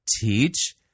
teach